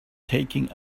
taking